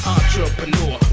Entrepreneur